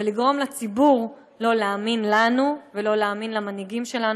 ולגרום לציבור לא להאמין לנו ולא להאמין למנהיגים שלנו,